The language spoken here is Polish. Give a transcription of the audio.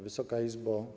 Wysoka Izbo!